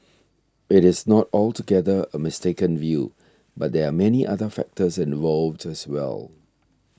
it is not altogether a mistaken view but there are many other factors involved as well